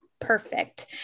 perfect